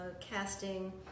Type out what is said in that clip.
casting